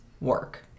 work